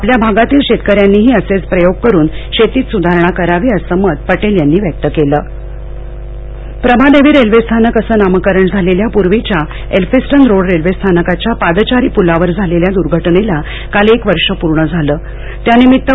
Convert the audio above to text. आपल्या भागातील शेतकऱ्यानीही असेच प्रयोग करून शेतीत सुधारणा करावी असं मत पटेल यांनी व्यक्त केलं एलफिस्टन दुर्घटनाः प्रभादेवी रेल्वेस्थानक असं नामकरण झालेल्या पूर्वीच्या एलफिस्टन रोड रेल्वेस्थानकाच्या पादचारी पुलावर झालेल्या दुर्घटनेला काल एक वर्ष पूर्ण झालं त्यानिमित्त